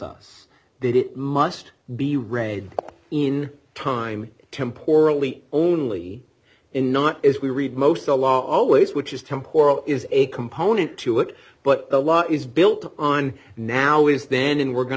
us that it must be read in time tempore only only and not as we read most the law always which is tempore is a component to it but the law is built on now is then we're going